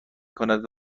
کند